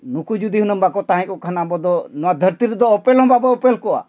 ᱱᱩᱠᱩ ᱡᱩᱫᱤ ᱦᱩᱱᱟᱹᱝ ᱵᱟᱠᱚ ᱛᱟᱦᱮᱸ ᱠᱚᱜ ᱠᱷᱟᱱ ᱟᱵᱚ ᱫᱚ ᱱᱚᱣᱟ ᱫᱷᱟᱹᱨᱛᱤ ᱨᱮᱫᱚ ᱩᱯᱮᱞ ᱦᱚᱸ ᱵᱟᱵᱚᱱ ᱩᱯᱮᱞ ᱠᱚᱜᱼᱟ